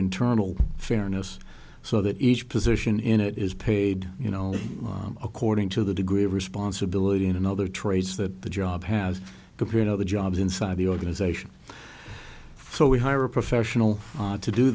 internal fairness so that each position in it is paid you know according to the degree of responsibility and other traits that the job has compared other jobs inside the organization so we hire a professional to do